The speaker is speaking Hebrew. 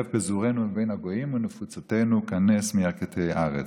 פזורינו מבין הגויים ונפוצותינו כנס מירכתי ארץ",